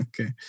Okay